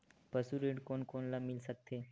पशु ऋण कोन कोन ल मिल सकथे?